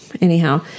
anyhow